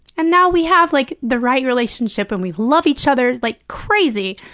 and now we have, like, the right relationship and we love each other like crazy.